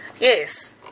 yes